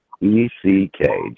E-C-K